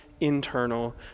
internal